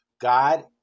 God